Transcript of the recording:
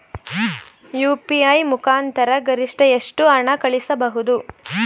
UPI ಮುಖಾಂತರ ಗರಿಷ್ಠ ಎಷ್ಟು ಹಣ ಕಳಿಸಬಹುದು?